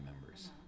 members